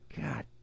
God